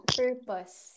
purpose